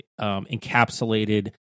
encapsulated